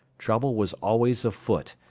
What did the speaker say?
trouble was always afoot,